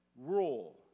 rule